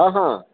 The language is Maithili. हँ हँ